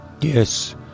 Yes